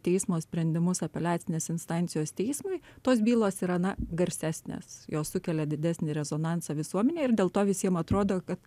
teismo sprendimus apeliacinės instancijos teismui tos bylos yra na garsesnės jos sukelia didesnį rezonansą visuomenėje ir dėl to visiem atrodo kad